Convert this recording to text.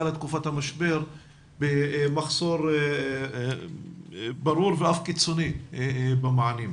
לתקופת המשבר במחסור ברור ואף קיצוני במענים.